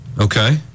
Okay